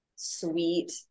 sweet